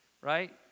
right